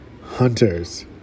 hunters